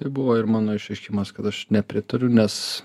tai buvo ir mano išreiškimas kad aš nepritariu nes